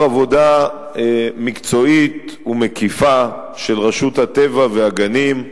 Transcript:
עבודה מקצועית ומקיפה של רשות הטבע והגנים,